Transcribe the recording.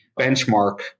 benchmark